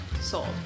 sold